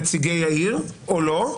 כנציגי העיר או לא.